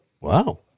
Wow